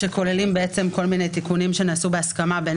שכוללים כל מיני תיקונים שנעשו בהסכמה בין